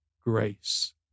grace